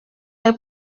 les